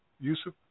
Yusuf